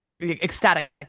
ecstatic